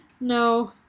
No